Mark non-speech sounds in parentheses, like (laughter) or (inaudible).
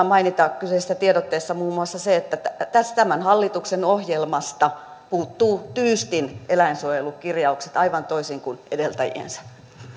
(unintelligible) mainita tässä kyseisessä tiedotteessa muun muassa se että tämän hallituksen ohjelmasta puuttuvat tyystin eläinsuojelukirjaukset aivan toisin kuin edeltäjiensä